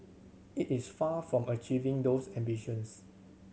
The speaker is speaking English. it is far from achieving those ambitions